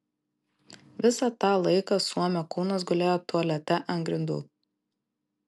visą tą laiką suomio kūnas gulėjo tualete ant grindų